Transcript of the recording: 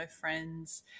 friends